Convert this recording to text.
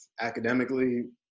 academically